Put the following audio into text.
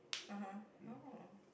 uh [huh] oh